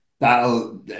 that'll